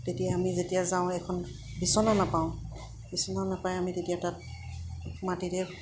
তেতিয়া আমি যেতিয়া যাওঁ এখন বিচনা নাপাওঁ বিচনা নাপায় আমি তেতিয়া তাত মাটিতে